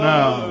now